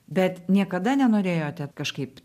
bet niekada nenorėjote kažkaip